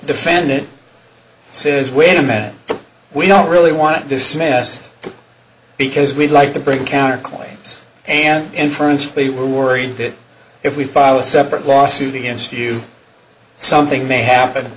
defendant says wait a minute we don't really want this mess because we'd like to bring in counter claims and inference they were worried that if we file a separate lawsuit against you something may happen